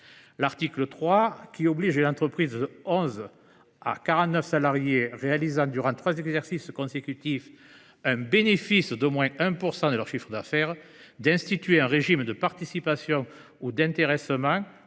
L’article 3, qui oblige les entreprises de 11 à 49 salariés réalisant durant trois exercices consécutifs un bénéfice d’au moins 1 % de leur chiffre d’affaires d’instituer un régime de participation ou d’intéressement,